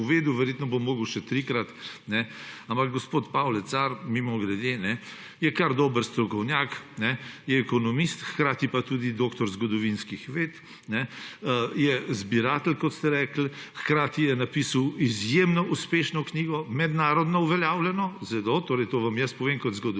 povedal, verjetno bom moral še trikrat. Ampak gospod Pavle Car, mimogrede, je kar dober strokovnjak, je ekonomist, hkrati pa tudi doktor zgodovinski ved. Je zbiratelj, kot ste rekli, hkrati je napisal izjemno uspešno knjigo, mednarodno zelo uveljavljeno, to vam jaz povem kot zgodovinar,